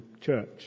Church